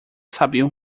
sabiam